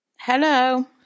Hello